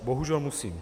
Bohužel musím.